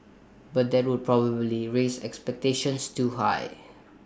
but that would probably raise expectations too high